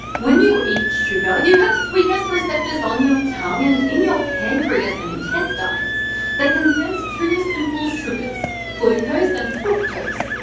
when you eat sugar, you have sweetness receptors on your tongue, and in your pancreas and intestines that can sense two simple sugars glucose and fructose.